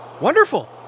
Wonderful